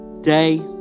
day